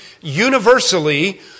universally